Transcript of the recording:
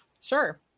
Sure